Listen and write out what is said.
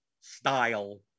style